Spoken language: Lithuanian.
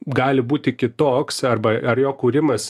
gali būti kitoks arba ar jo kūrimąs